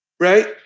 Right